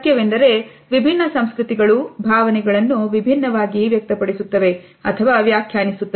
ಸತ್ಯವೆಂದರೆ ವಿಭಿನ್ನ ಸಂಸ್ಕೃತಿಗಳು ಭಾವನೆಗಳನ್ನು ವಿಭಿನ್ನವಾಗಿ ವ್ಯಕ್ತಪಡಿಸುತ್ತವೆ ಅಥವಾ ವ್ಯಾಖ್ಯಾನಿಸುತ್ತವೆ